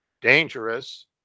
dangerous